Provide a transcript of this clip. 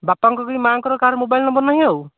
ବାପାଙ୍କର ବି ମାଆଙ୍କର କାହାର ମୋବାଇଲ୍ ନମ୍ବର ନାହିଁ ଆଉ